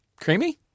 creamy